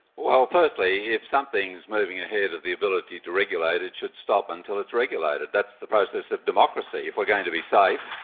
well, firstly, if something is moving ahead of the ability to regulate it should stop until it's regulated. that's the process of democracy, if we are going to be safe,